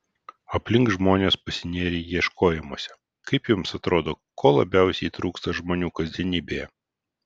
aplink žmonės pasinėrę ieškojimuose kaip jums atrodo ko labiausiai trūksta žmonių kasdienybėje